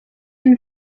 and